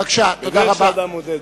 בדרך שאדם מודד,